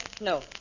no